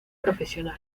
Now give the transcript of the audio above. profesional